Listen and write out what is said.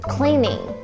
Cleaning，